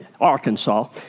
Arkansas